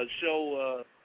show